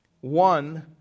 one